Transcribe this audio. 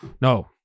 No